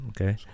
okay